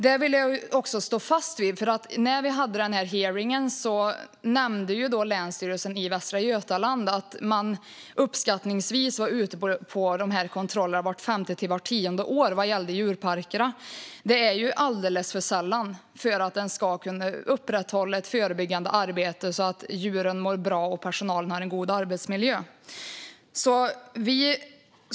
Det vill jag stå fast vid. När vi hade hearingen nämnde ju Länsstyrelsen i Västra Götaland att man uppskattningsvis var ute på de här djurparkskontrollerna vart femte till vart tionde år. Det är alldeles för sällan för att man ska kunna upprätthålla ett förebyggande arbete så att djuren mår bra och personalen har en god arbetsmiljö.